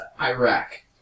Iraq